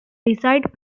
desired